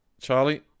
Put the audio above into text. Charlie